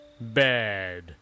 Bad